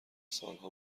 سالها